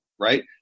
right